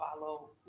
follow